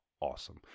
awesome